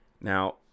Now